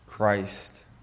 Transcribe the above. Christ